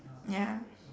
ya